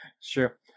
Sure